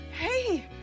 hey